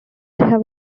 have